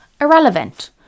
irrelevant